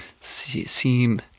seem